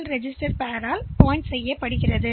L பேர்யால் சுட்டிக்காட்டப்படுகிறது